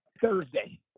Thursday